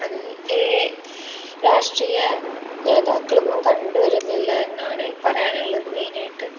അത് ഈ രാഷ്ട്രീയ നേതാക്കളൊന്നും കണ്ടുവരുന്നില്ല എന്നാണ് പറയാനുള്ളത് മെയിനായിട്ട്